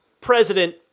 President